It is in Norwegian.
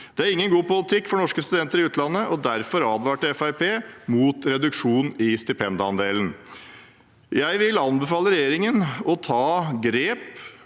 Det er ingen god politikk for norske studenter i utlandet. Derfor advarte Fremskrittspartiet mot reduksjon i stipendandelen. Jeg vil anbefale regjeringen å ta grep